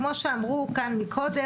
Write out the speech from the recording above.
כמו שאמרו כאן מקודם,